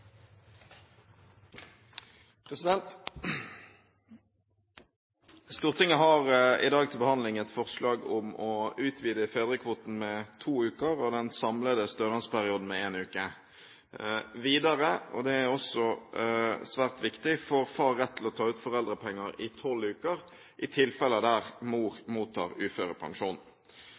rettigheten. Stortinget har i dag til behandling et forslag om å utvide fedrekvoten med to uker og den samlede stønadsperioden med en uke. Videre, og det er også svært viktig, får far rett til å ta ut foreldrepenger i tolv uker i tilfeller der mor mottar uførepensjon.